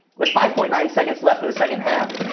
with five point nine seconds left in the second half,